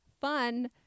fun